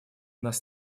нас